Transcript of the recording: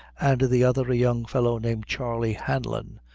and the other a young fellow named charley hanlon,